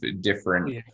different